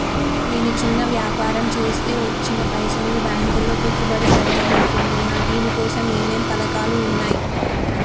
నేను చిన్న వ్యాపారం చేస్తా వచ్చిన పైసల్ని బ్యాంకులో పెట్టుబడి పెడదాం అనుకుంటున్నా దీనికోసం ఏమేం పథకాలు ఉన్నాయ్?